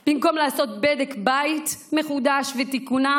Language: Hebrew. במקום לעשות בדק בית מחודש ותיקונם,